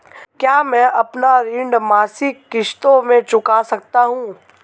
क्या मैं अपना ऋण मासिक किश्तों में चुका सकता हूँ?